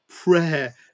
Prayer